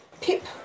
Pip